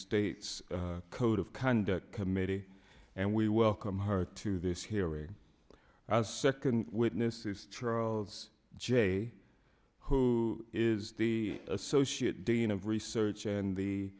states code of conduct committee and we welcome her to this hearing as second witness is charles j who is the associate dean of research and the